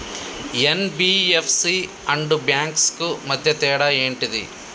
NBFC and banks కు మధ్య తేడా ఏంటిది?